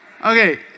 Okay